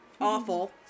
awful